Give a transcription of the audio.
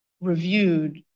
reviewed